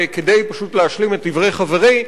וכדי פשוט להשלים את דברי חברי,